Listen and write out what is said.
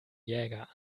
jäger